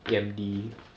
nine hundred then worth